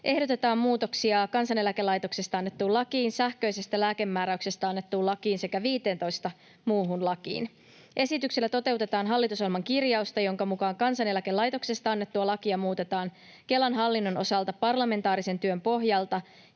ehdotetaan muutoksia Kansaneläkelaitoksesta annettuun lakiin, sähköisestä lääkemääräyksestä annettuun lakiin sekä 15 muuhun lakiin. Esityksellä toteutetaan hallitusohjelman kirjausta, jonka mukaan Kansaneläkelaitoksesta annettua lakia muutetaan Kelan hallinnon osalta parlamentaarisen työn pohjalta